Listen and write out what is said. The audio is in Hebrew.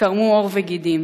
קרמו עור וגידים,